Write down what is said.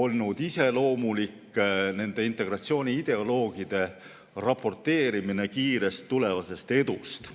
olnud iseloomulik nende integratsiooniideoloogide raporteerimine kiirest tulevasest edust.